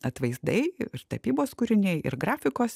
atvaizdai ir tapybos kūriniai ir grafikos